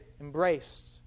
embraced